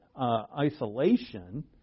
isolation